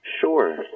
Sure